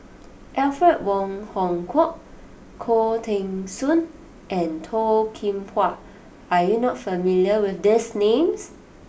Alfred Wong Hong Kwok Khoo Teng Soon and Toh Kim Hwa are you not familiar with these names